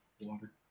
Water